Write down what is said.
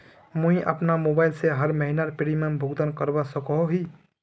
मुई अपना मोबाईल से हर महीनार प्रीमियम भुगतान करवा सकोहो ही?